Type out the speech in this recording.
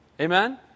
Amen